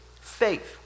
faith